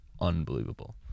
unbelievable